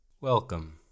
Welcome